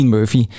Murphy